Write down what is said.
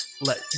let